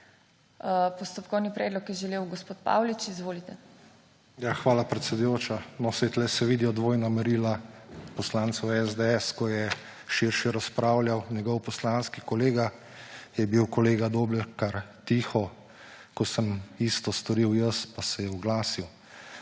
Postopkovni predlog je želel gospod Paulič. **EDVARD PAULIČ (PS LMŠ):** Hvala, predsedujoča. Saj tukaj se vidijo dvojna merila poslancev SDS, ko je širše razpravljal njegov poslanski kolega, je bil kolega Doblekar tiho, ko sem isto storil jaz, pa se je oglasil.